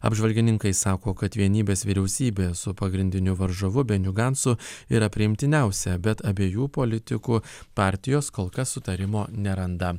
apžvalgininkai sako kad vienybės vyriausybė su pagrindiniu varžovu beniu gancu yra priimtiniausia bet abiejų politikų partijos kol kas sutarimo neranda